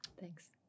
Thanks